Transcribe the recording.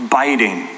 biting